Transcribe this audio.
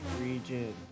region